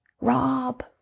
Rob